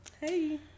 Hey